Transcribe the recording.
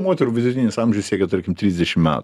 moterų vidutinis amžius siekė tarkim trisdešim metų